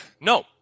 No